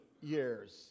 years